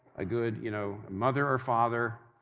a good, you know, mother or father.